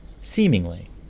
seemingly